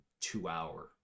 two-hour